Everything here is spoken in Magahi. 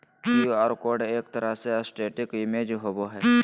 क्यू आर कोड एक तरह के स्टेटिक इमेज होबो हइ